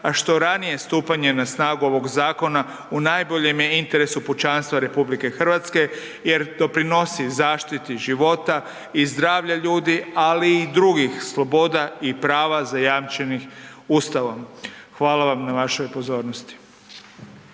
a što ranije stupanje na snagu ovog zakona u najboljem je interesu pučanstva RH jer doprinosi zaštiti života i zdravlja ljudi, ali i drugih sloboda i prava zajamčenih Ustavom. Hvala vam na vašoj pozornosti.